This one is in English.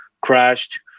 crashed